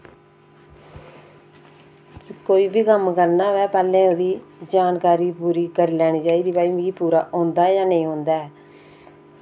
कोई बी कम्म करना होऐ पैह्लें ओह्दी पूरी जानकारी करी लैनी चाहिदी की भई मिगी औंदा जां नेईं औंदा ऐ